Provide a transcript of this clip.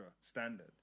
Standard